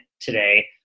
today